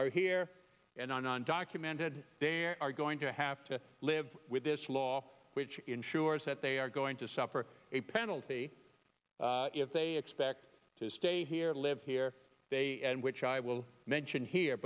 are here and an undocumented there are going to have to live with this law which ensures that they are going to suffer a penalty if they expect to stay here live here and which i will mention here